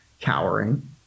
cowering